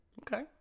okay